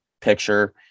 picture